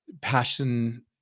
passion